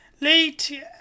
Late